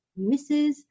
Mrs